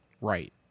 Right